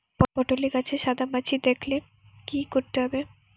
পটলে গাছে সাদা মাছি দেখালে কি করতে হবে?